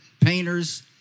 painters